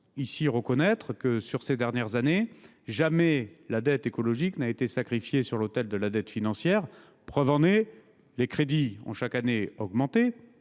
ici, reconnaître qu’au cours des dernières années, jamais la dette écologique n’a été sacrifiée sur l’autel de la dette financière. Preuve en est, les crédits ont chaque année augmenté.